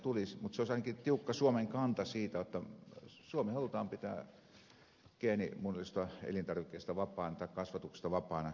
se olisi ainakin tiukka suomen kanta siitä jotta suomi halutaan pitää geenimuunneltujen elintarvikkeiden kasvatuksesta ja geenimuunnelluista kasveista vapaana